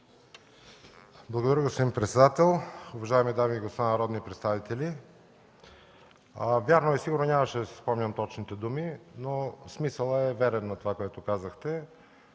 Благодаря, господин председател. Уважаеми дами и господа народни представители! Вярно е, сигурно нямаше да си спомня точните думи, но смисълът на това, което казахте,